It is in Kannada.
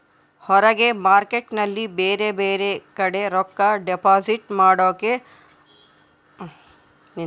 ಹೊರಗೆ ಮಾರ್ಕೇಟ್ ನಲ್ಲಿ ಬೇರೆ ಬೇರೆ ಕಡೆ ರೊಕ್ಕ ಡಿಪಾಸಿಟ್ ಮಾಡೋಕೆ ಅಡುಟ್ಯಸ್ ಮೆಂಟ್ ಕೊಡುತ್ತಾರಲ್ರೇ ಅದನ್ನು ನಂಬಿಕೆ ಮಾಡಬಹುದೇನ್ರಿ?